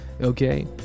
okay